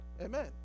Amen